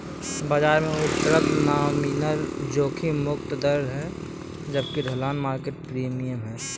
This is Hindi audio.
बाजार में उपलब्ध नॉमिनल जोखिम मुक्त दर है जबकि ढलान मार्केट प्रीमियम है